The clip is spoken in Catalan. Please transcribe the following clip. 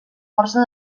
força